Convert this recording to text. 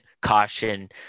caution